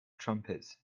trumpets